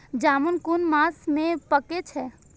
जामून कुन मास में पाके छै?